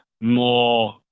more